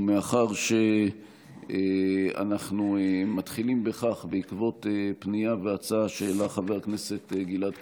מאחר שאנחנו מתחילים בכך בעקבות פנייה והצעה שהעלה חבר הכנסת גלעד קריב,